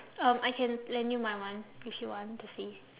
um I can lend you my one if you want to see